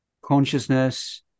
consciousness